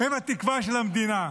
הם התקווה של המדינה.